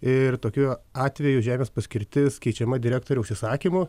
ir tokiu atveju žemės paskirtis keičiama direktoriaus įsakymu